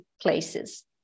places